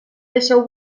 deixeu